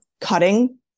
cutting